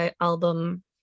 album